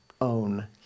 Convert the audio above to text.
own